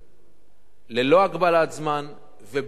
ללא הגבלת זמן ובלי לצאת מהתור.